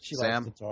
Sam